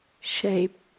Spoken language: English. shape